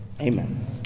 Amen